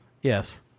Yes